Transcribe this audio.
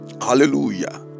Hallelujah